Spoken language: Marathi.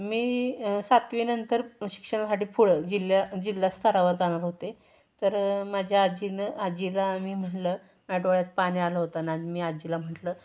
मी सातवीनंतर शिक्षणासाठी पुढं जिल्हा जिल्हा स्तरावर जाणार होते तर माझ्या आजीनं आजीला मी म्हणलं माझ्या डोळ्यात पाणी आलं होतं ना मी आजीला म्हटलं